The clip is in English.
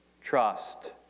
trust